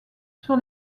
sur